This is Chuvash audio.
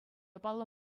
паллӑ